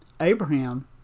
Abraham